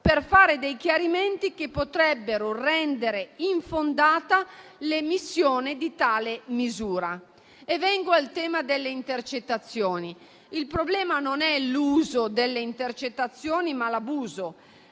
per fare dei chiarimenti che potrebbero rendere infondata l'emissione di tale misura. Vengo al tema delle intercettazioni: il problema non è l'uso delle intercettazioni, ma l'abuso